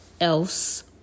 else